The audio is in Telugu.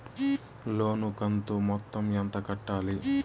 లోను కంతు మొత్తం ఎంత కట్టాలి?